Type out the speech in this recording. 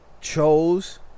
chose